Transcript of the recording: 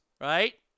right